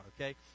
okay